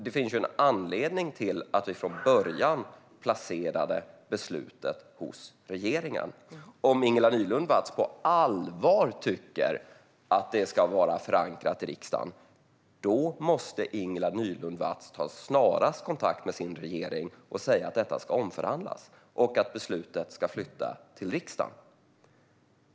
Det finns ju en anledning till att vi från början placerade beslutet hos regeringen. Om Ingela Nylund Watz på allvar tycker att det ska vara förankrat i riksdagen måste hon snarast ta kontakt med sin regering och säga att detta ska omförhandlas och att beslutet ska flyttas till riksdagen.